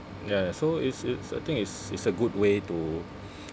ya so it's it's I think it's it's a good way to